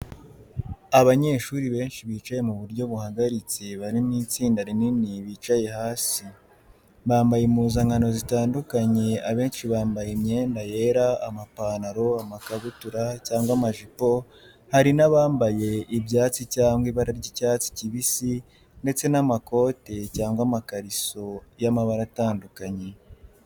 Abanyeshuri benshi bicaye mu buryo buhagaritse bari mu itsinda rinini bicaye hasi. Bambaye impuzankano zitandukanye abenshi bambaye imyenda yera amapantaro, amakabutura, cyangwa amajipo, hari n’abambaye ibyatsi cyangwa ibara ry’icyatsi kibisi ndetse n’amakote cyangwa amakariso y’amabara atandukanye.